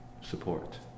support